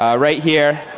um right here